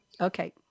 Okay